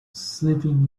sleeping